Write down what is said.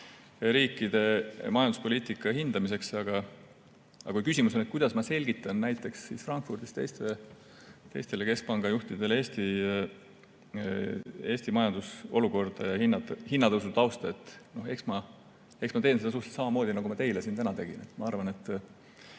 riikide majanduspoliitika hindamiseks. Aga küsimus oli, kuidas ma selgitan Frankfurdis teistele keskpangajuhtidele Eesti majandusolukorda ja hinnatõusu. Eks ma teen seda enam-vähem samamoodi, nagu ma teile siin täna tegin. Ma arvan, et